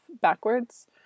backwards